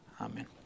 amen